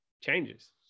changes